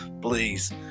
Please